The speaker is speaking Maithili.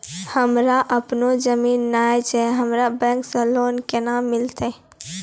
हमरा आपनौ जमीन नैय छै हमरा बैंक से लोन केना मिलतै?